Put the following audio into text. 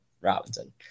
Robinson